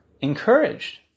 encouraged